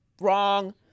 wrong